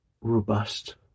robust